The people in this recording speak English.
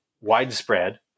widespread